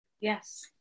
Yes